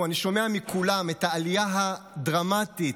אני שומע מכולם על העלייה הדרמטית